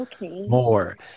more